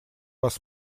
вас